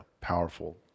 powerful